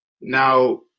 Now